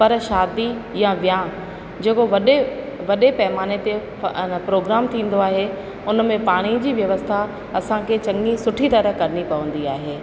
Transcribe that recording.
पर शादी या व्यांह जेको वॾे वॾे पैमाने ते अञा प्रोग्राम थींदो आहे उन में पाणी जी व्यवस्था असांखे चङी सुठी तरह करिणी पवंदी आहे